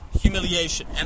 humiliation